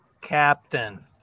captain